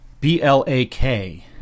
B-L-A-K